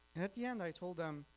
at the end i told them